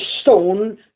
stone